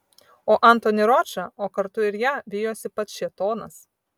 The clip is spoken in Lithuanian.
o antonį ročą o kartu ir ją vijosi pats šėtonas